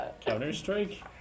Counter-Strike